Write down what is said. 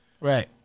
Right